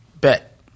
Bet